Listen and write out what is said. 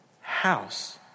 house